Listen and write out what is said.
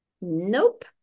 Nope